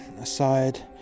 aside